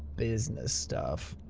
business stuff.